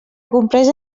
compresa